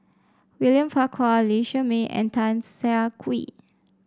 William Farquhar Lee Shermay and Tan Siah Kwee